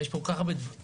יש פה כל כך הרבה מרכיבים